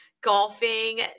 golfing